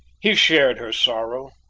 he shared her sorrow,